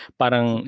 parang